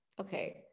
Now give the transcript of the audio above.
okay